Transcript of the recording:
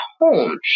home